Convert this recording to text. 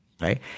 right